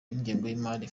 y’imari